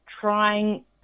trying